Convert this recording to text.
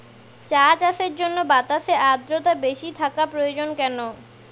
চা চাষের জন্য বাতাসে আর্দ্রতা বেশি থাকা প্রয়োজন কেন?